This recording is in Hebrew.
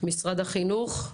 משרד החינוך?